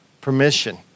permission